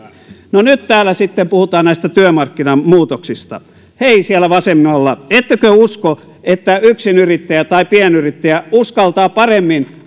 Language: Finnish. no nyt täällä sitten puhutaan näistä työmarkkinamuutoksista hei siellä vasemmalla ettekö usko että yksinyrittäjä tai pienyrittäjä uskaltaa paremmin